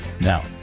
Now